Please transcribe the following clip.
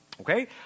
okay